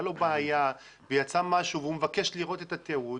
לו בעיה ויצא משהו והוא מבקש לראות את התיעוד,